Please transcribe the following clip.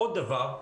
עוד דבר,